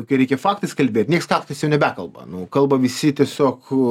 kai reikia faktais kalbėt nieks faktais jau nebekalba nu kalba visi tiesiog